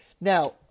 Now